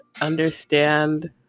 understand